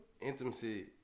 Intimacy